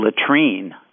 latrine